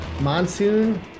Monsoon